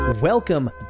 Welcome